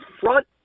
front